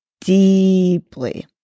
deeply